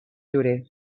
llorer